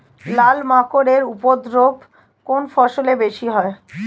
লাল মাকড় এর উপদ্রব কোন ফসলে বেশি হয়?